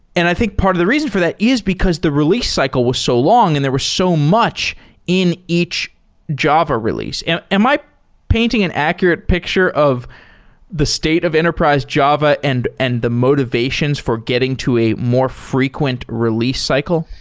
and i think part of the reason for that is because the release cycle was so long and there were so much in each java release. am am i painting an accurate picture of the state of enterprise java and and the motivations for getting to a more frequent release cycle?